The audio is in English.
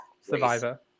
Survivor